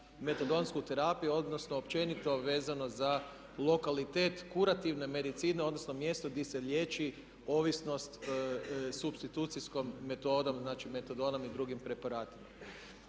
metadonsku terapiju, odnosno općenito vezano za lokalitet kurativne medicine, odnosno mjesto gdje se liječi ovisnost supstitucijskom metodom, znači metadonom i drugim preparatima.